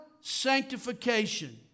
sanctification